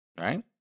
Right